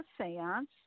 seance